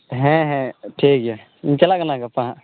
ᱦᱮᱸ ᱦᱮᱸ ᱴᱷᱤᱠ ᱜᱮᱭᱟ ᱤᱧ ᱪᱟᱞᱟᱜ ᱠᱟᱱᱟ ᱜᱟᱯᱟ ᱦᱟᱸᱜ